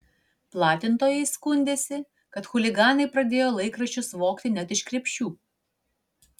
platintojai skundėsi kad chuliganai pradėjo laikraščius vogti net iš krepšių